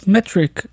Metric